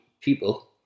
people